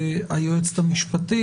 היועצת המשפטית.